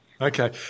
Okay